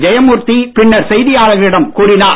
ஜெயமூர்த்தி பின்னர் செய்தியாளர்களிடம் கூறினார்